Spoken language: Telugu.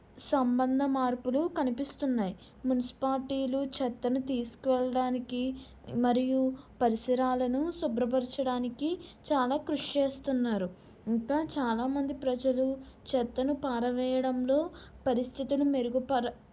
సంబంధ మార్పులు కనిపిస్తున్నాయి మున్సిపాలిటీలు చెత్తను తీసుకువెళ్లడానికి మరియు పరిసరాలను శుభ్రపరచడానికి చాలా కృషి చేస్తున్నారు ఇంకా చాలామంది ప్రజలు చెత్తను పారవేయడంలో పరిస్థితులు మెరుగుపర